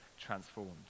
transformed